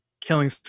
killing